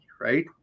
right